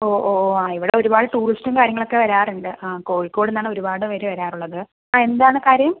ഓ ഓ ആ ഇവിടെ ഒരുപാട് ടൂറിസ്റ്റും കാര്യങ്ങളും ഒക്കെ വരാറുണ്ട് ആ കോഴിക്കോട് നിന്നാണ് ഒരുപാട് പേർ വരാറുള്ളത് ആ എന്താണ് കാര്യം